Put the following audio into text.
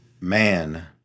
man